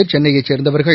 ச்சன்னையைச் சேர் ந்தவர் கள்